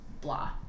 Blah